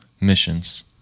missions